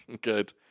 good